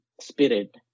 spirit